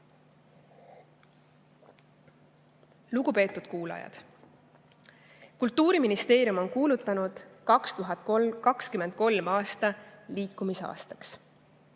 Lugupeetud kuulajad! Kultuuriministeerium on kuulutanud 2023. aasta liikumisaastaks.